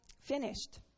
finished